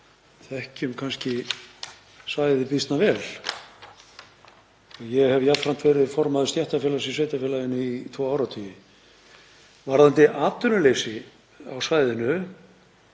þekkjum kannski svæðið býsna vel. Ég hef jafnframt verið formaður stéttarfélags í sveitarfélaginu í tvo áratugi. Varðandi atvinnuleysi á svæðinu